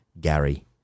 Gary